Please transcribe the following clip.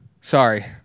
Sorry